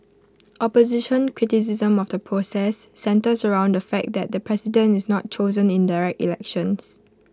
opposition criticism of the process centres around the fact that the president is not chosen in direct elections